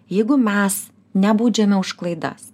jeigu mes nebaudžiame už klaidas